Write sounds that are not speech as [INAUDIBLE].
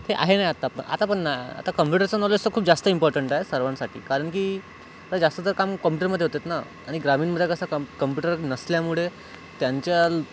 ते आहे नं आत्ता आत्ता आता पण नाही आता कम्प्यूटरचं नॉलेज तर खूप जास्त इम्पॉर्टट आहे सर्वांसाठी कारण की जास्त तर काम कॉम्प्यूटरमध्ये होतेत ना आणि ग्रामीण [UNINTELLIGIBLE] कसे कम्प्यूटर नसल्यामुळे त्यांच्या